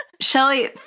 Shelly